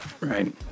right